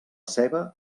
ceba